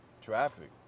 Traffic